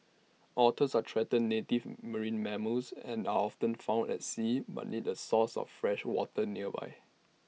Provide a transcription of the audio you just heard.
otters are threatened native marine mammals and are often found at sea but need A source of fresh water nearby